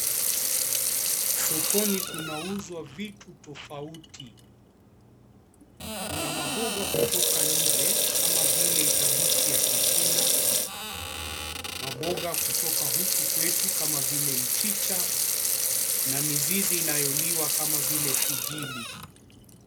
Sokoni kunauzwa vitu tofauti. Kuna maboga kutoka nchi ya nje kama vile kabechi ya kichina. Maboga kutoka huku kwetu kama vile, mchicha na mizizi inayoliwa kama vile figili.